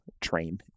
train